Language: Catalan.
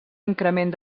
increment